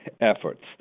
efforts